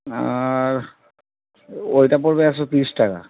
আর ওইটা পড়বে একশো তিরিশ টাকা